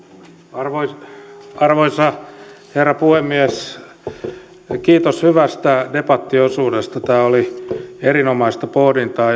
arvoisa arvoisa herra puhemies kiitos hyvästä debattiosuudesta tämä oli erinomaista pohdintaa